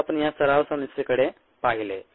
मग आपण या सराव समस्येकडे पाहिले